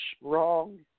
wrong